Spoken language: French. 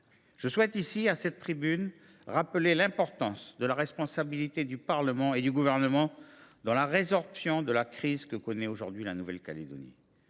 Je souhaite ici, à cette tribune, rappeler l’importance de la responsabilité du Parlement et du Gouvernement dans la résorption de la crise que connaît aujourd’hui la Nouvelle Calédonie.